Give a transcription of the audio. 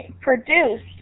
produced